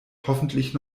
hoffentlich